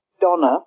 Donna